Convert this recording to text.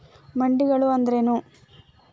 ಮಂಡಿಗಳು ಅಂದ್ರೇನು?